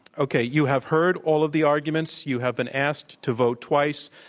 okay. you have heard all of the arguments. you have been asked to vote twice.